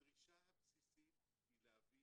הדרישה הבסיסית היא להביא